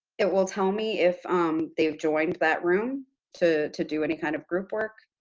it will tell me if um they've joined that room to to do any kind of group work.